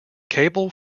cable